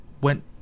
went